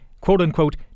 quote-unquote